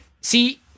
see